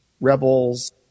rebels